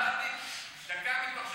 שרת המשפטים, חבר הכנסת גליק,